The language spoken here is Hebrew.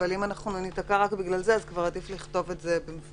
אבל אם אנחנו ניתקע רק בגלל זה אז כבר עדיף לכתוב את זה במפורש.